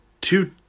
two